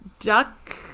duck